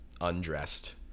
undressed